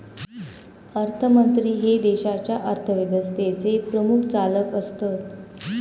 अर्थमंत्री हे देशाच्या अर्थव्यवस्थेचे प्रमुख चालक असतत